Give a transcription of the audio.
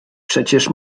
przecież